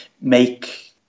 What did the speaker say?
make